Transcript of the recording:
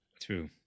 True